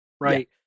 right